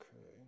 Okay